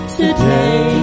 today